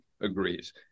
agrees